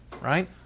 right